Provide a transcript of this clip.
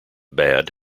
bad